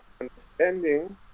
understanding